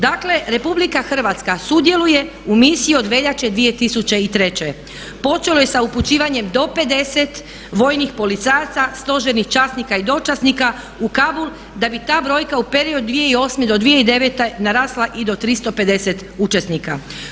Dakle, RH sudjeluje u misiji od veljače 2003. počelo je sa upućivanjem do 50 vojnih policajaca, stožernih časnika i dočasnika u Kabul da bi ta brojka u periodu od 2008. do 2009. narasla i do 350 učesnika.